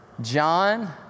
John